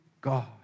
God